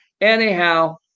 anyhow